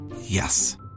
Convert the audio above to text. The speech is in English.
Yes